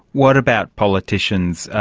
what about politicians?